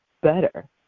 better